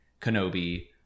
Kenobi